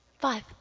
five